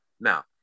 now